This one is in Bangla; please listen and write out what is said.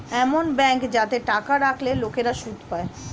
এমন ব্যাঙ্ক যাতে টাকা রাখলে লোকেরা সুদ পায়